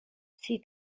see